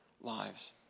lives